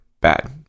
bad